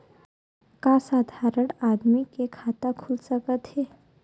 का साधारण आदमी के खाता खुल सकत हे?